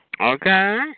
Okay